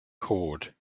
chord